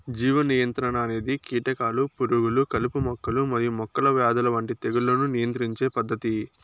జీవ నియంత్రణ అనేది కీటకాలు, పురుగులు, కలుపు మొక్కలు మరియు మొక్కల వ్యాధుల వంటి తెగుళ్లను నియంత్రించే పద్ధతి